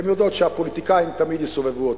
הן יודעות שהפוליטיקאים תמיד יסובבו אותן.